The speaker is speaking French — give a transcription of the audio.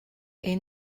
est